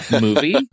Movie